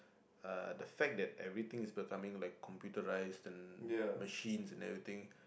uh the fact that everything is becoming like computerised and machines and everything